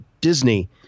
Disney